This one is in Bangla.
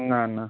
না না